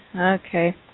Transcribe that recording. Okay